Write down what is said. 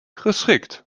geschikt